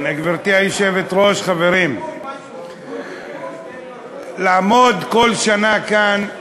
גברתי היושבת-ראש, חברים, לעמוד כל שנה כאן,